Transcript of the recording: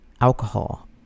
alcohol